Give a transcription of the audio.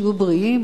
שיהיו בריאים,